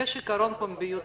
יש את עיקרון פומביות הדיון,